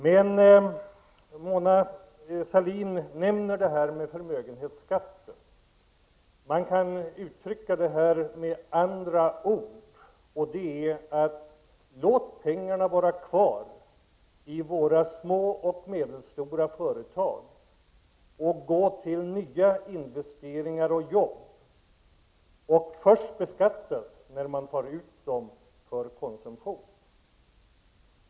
Mona Sahlin talade om förmögenhetsskatten. Man kan uttrycka saken med andra ord och säga så här: Låt pengarna vara kvar i våra små och medelstora företag och där användas till nyinvesteringar och jobb. Pengarna skall beskattas först när de tas ut för konsumtion.